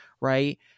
right